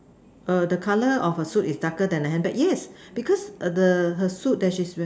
err the color of her suit is darker than the handbag yes because the her suit that she's wear